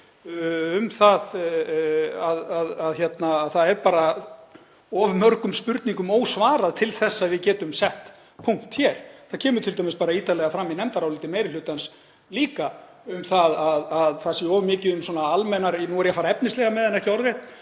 um það að það er bara of mörgum spurningum ósvarað til þess að við getum sett punkt hér. Það kemur t.d. ítarlega fram í nefndaráliti meiri hlutans að það sé of mikið um almennar vangaveltur — og nú er ég að fara efnislega með, ekki orðrétt